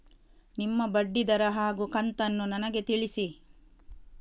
ನಿಮ್ಮ ಬಡ್ಡಿದರ ಹಾಗೂ ಕಂತನ್ನು ನನಗೆ ತಿಳಿಸಿ?